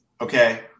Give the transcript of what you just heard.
okay